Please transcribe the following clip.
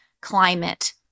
climate